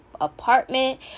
apartment